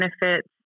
benefits